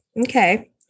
okay